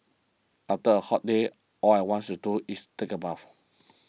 after a hot day all I wants to do is take a bath